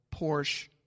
Porsche